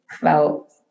felt